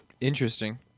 Interesting